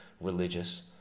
religious